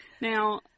Now